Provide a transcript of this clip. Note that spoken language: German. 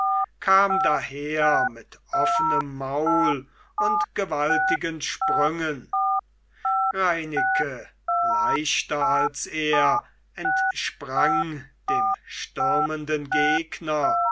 kam daher mit offenem maul und gewaltigen sprüngen reineke leichter als er entsprang dem stürmenden gegner